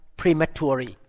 prematurely